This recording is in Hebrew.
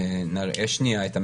נַראֶה שנייה את המגמות.